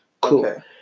Cool